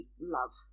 love